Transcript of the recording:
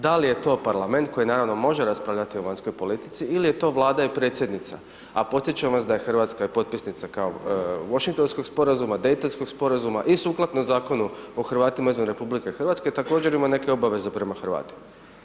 Da li je to parlament koji naravno može raspravljati o vanjskoj politici ili je to vlada i predsjednica a podsjećam vas da je potpisnica Washington sporazuma Dejtonskog sporazuma i sukladno Zakonu o Hrvatima izvan RH, također ima neke obaveze prema Hrvatima.